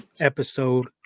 episode